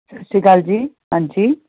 ਸਤਿ ਸ਼੍ਰੀ ਅਕਾਲ ਜੀ ਹਾਂਜੀ